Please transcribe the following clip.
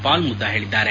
ಪಾಲ್ ಮುದ್ದಾ ಹೇಳಿದ್ದಾರೆ